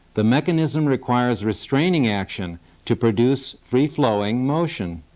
the mechanism requires restraining action to produce free-flowing motion.